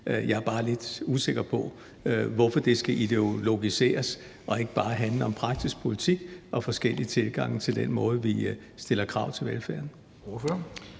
Jeg er bare lidt usikker på, hvorfor det skal ideologiseres og ikke bare handle om praktisk politik og forskellige tilgange til den måde, hvorpå vi stiller krav til velfærden.